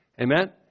Amen